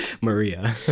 Maria